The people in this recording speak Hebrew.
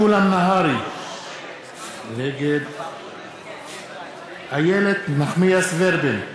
נגד איילת נחמיאס ורבין,